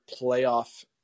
playoff